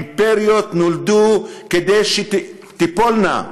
אימפריות נולדו כדי שתיפולנה.